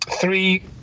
three